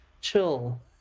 chill